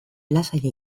lasai